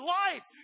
life